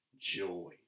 joy